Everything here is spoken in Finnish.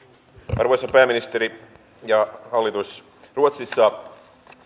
arvoisa pääministeri ja hallitus ruotsissa